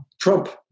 Trump